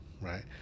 right